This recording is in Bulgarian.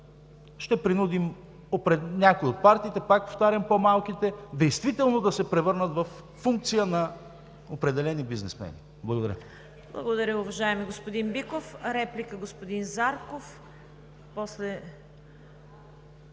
ще принудим някои от партиите, повтарям – по-малките, действително да се превърнат във функция на определени бизнесмени. Благодаря.